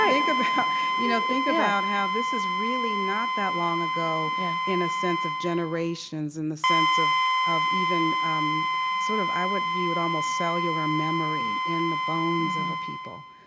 think about you know think about how this is really not that long ago yeah in a sense of generations, in the sense of of even um sort of i would view it almost cellular memory in the bones of a people.